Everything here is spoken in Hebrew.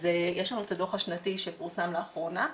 יש לנו את הדוח השנתי שפורסם לאחרונה,